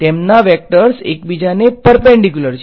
તેમના વેક્ટર્સ એકબીજાને પર્પેંડીક્યુલર છે